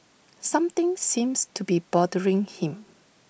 something seems to be bothering him